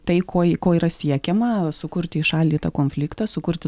tai ko ko yra siekiama sukurti įšaldytą konfliktą sukurti nos